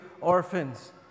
orphans